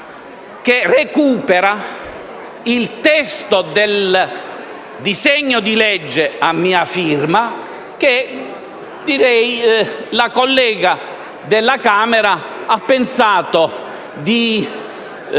che recupera il testo del disegno di legge a mia firma, che la collega della Camera ha pensato di